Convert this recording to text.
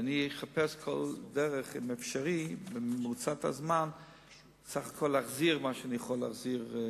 ואני אחפש כל דרך אפשרית במרוצת הזמן להחזיר מה שאני יכול להחזיר.